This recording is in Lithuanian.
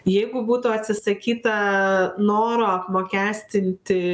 jeigu būtų atsisakyta noro apmokestinti